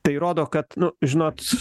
tai rodo kad nu žinot